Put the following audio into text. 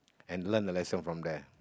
and learn a lesson from there